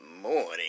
morning